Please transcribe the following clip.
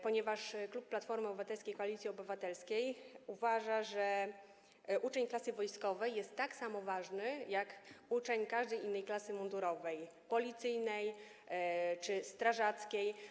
Ponieważ klub Platformy Obywatelskiej - Koalicji Obywatelskiej uważa, że uczeń klasy wojskowej jest tak samo ważny jak uczeń każdej innej klasy mundurowej, policyjnej czy strażackiej.